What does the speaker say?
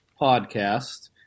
podcast